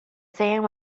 sand